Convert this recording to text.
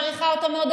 מעריכה אותו מאוד,